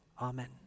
Amen